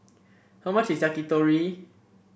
how much is Yakitori